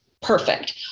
perfect